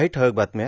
काही ठळक बातम्या